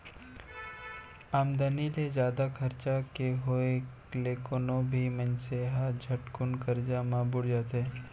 आमदनी ले जादा खरचा के होय ले कोनो भी मनसे ह झटकुन करजा म बुड़ जाथे